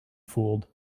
fooled